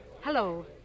Hello